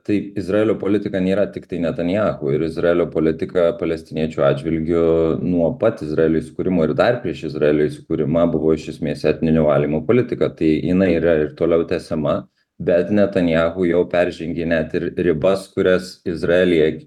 tai izraelio politika nėra tiktai netanjahu ir izraelio politika palestiniečių atžvilgiu nuo pat izraelio įsikūrimo ir dar prieš izraelio įsikūrimą buvo iš esmės etninio valymo politika tai jinai yra ir toliau tęsiama bet netanjahu jau peržengė net ir ribas kurias izraelyje